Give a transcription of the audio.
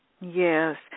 Yes